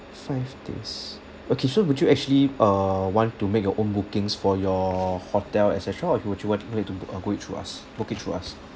five days okay so would you actually uh want to make your own bookings for your hotel et cetera or would you want me to uh go it through us book it through us